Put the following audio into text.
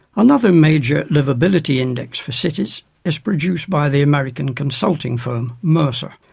another major liveability index for cities is produced by the american consulting firm, mercer.